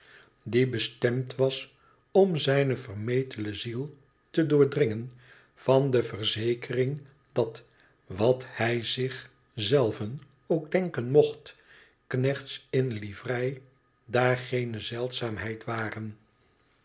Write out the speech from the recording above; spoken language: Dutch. die bestemd was om zijne vermetele ziel te doordringen van de verzekering dat wat hij bij zich zelven ook denken mocht knechts in livrei daar geene zeldzaamheid waren